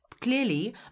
clearly